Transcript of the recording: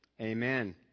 Amen